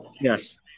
Yes